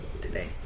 today